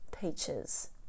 peaches